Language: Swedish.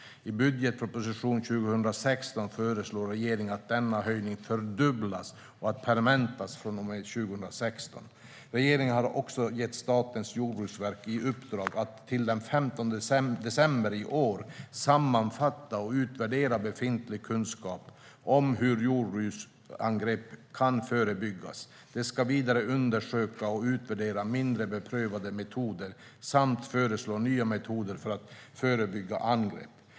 I budgetpropositionen för 2016 föreslår regeringen att denna höjning fördubblas och permanentas från och med 2016. Regeringen har också gett Statens jordbruksverk i uppdrag att till den 15 december i år sammanfatta och utvärdera befintlig kunskap om hur rovdjursangrepp kan förebyggas. De ska vidare undersöka och utvärdera mindre beprövade metoder samt föreslå nya metoder för att förebygga angrepp.